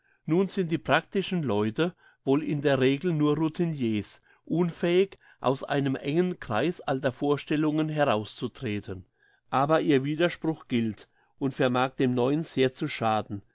nun sind die praktischen leute wohl in der regel nur routiniers unfähig aus einem engen kreis alter vorstellungen herauszutreten aber ihr widerspruch gilt und vermag dem neuen sehr zu schaden